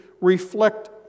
reflect